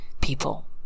people